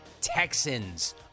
Texans